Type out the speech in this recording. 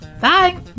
bye